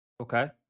okay